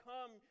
Come